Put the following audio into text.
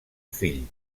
fill